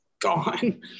gone